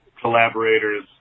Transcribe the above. collaborators